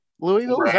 Louisville